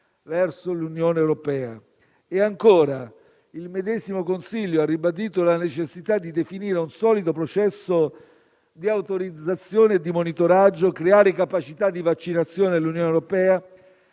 europea». Il medesimo Consiglio: «ha ribadito la necessità di definire un solido processo di autorizzazione e di monitoraggio, creare capacità di vaccinazione nell'Unione europea